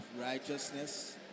righteousness